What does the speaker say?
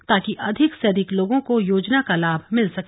ताकि अधिक से अधिक लोगों को योजना का लाभ मिल सके